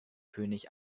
könig